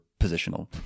positional